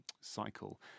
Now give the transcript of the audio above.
cycle